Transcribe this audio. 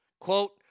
quote